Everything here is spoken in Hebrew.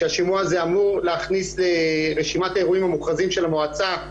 שהשימוע הזה אמור להכניס רשימת האירועים המוכרזים של המועצה,